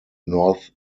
north